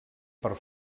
per